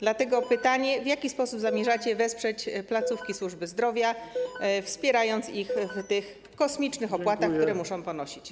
Dlatego pytanie: W jaki sposób zamierzacie wesprzeć placówki służby zdrowia, wspomagając je w związku z tymi kosmicznymi opłatami, które muszą ponosić?